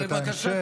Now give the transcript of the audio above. ואת ההמשך,